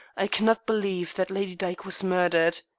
i cannot believe that lady dyke was murdered.